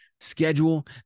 schedule